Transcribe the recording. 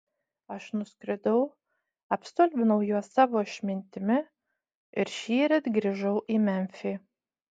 aš nuskridau apstulbinau juos savo išmintimi ir šįryt grįžau į memfį